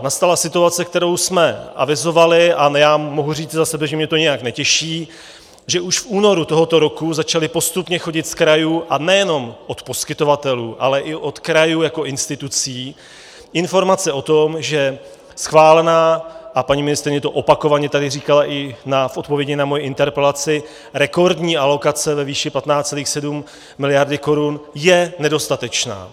Nastala situace, kterou jsme avizovali a já mohu říci za sebe, že mě to nijak netěší , že už v únoru tohoto roku začaly postupně chodit z krajů, a nejenom od poskytovatelů, ale i od krajů jako institucí, informace o tom, že schválená a paní ministryně to tady opakovaně říkala i v odpovědi na moji interpelaci rekordní alokace ve výši 15,7 miliardy korun, je nedostatečná.